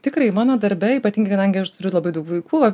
tikrai mano darbe ypatingai kadangi aš turiu labai daug vaikų